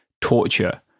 torture